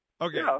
Okay